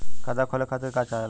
खाता खोले खातीर का चाहे ला?